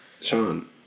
Sean